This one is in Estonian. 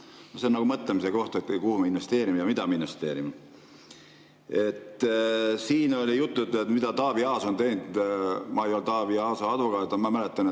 See on mõtlemise koht, et kuhu me investeerime ja mida me investeerime. Siin oli juttu, et mida Taavi Aas on teinud. Ma ei ole Taavi Aasa advokaat, aga ma mäletan,